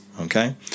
Okay